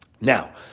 Now